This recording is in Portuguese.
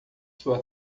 sua